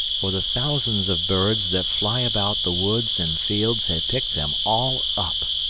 for the thousands of birds that fly about the woods and fields had picked them all up.